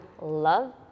Love